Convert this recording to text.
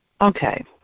Okay